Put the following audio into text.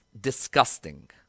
disgusting